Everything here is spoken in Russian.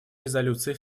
резолюции